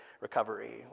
Recovery